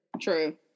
True